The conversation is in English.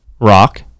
rock